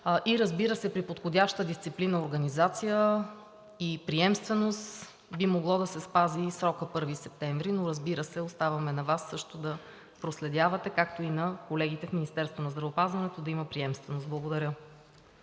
И разбира се, при подходяща дисциплина, организация и приемственост би могло да се спази срокът 1 септември, но разбира се, оставаме на Вас също да проследявате, както и на колегите в Министерството в здравеопазването да има приемственост. Благодаря.